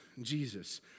Jesus